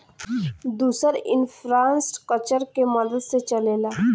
दुसर इन्फ़्रास्ट्रकचर के मदद से चलेला